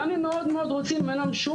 גם אם מאוד מאוד רוצים אין היום שום